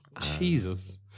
Jesus